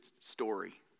story